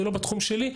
זה לא בתחום שלי.